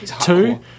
Two